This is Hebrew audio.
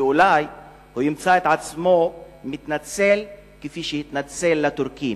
ואולי הוא ימצא את עצמו מתנצל כפי שהתנצל לטורקים,